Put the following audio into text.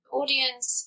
audience